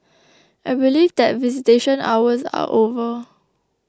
I believe that visitation hours are over